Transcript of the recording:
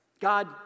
God